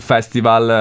Festival